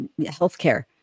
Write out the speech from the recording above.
healthcare